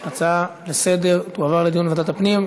ההצעה להפוך את הצעת חוק לתיקון פקודת בתי-הסוהר (מרחב מחיה לאסיר),